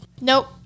Nope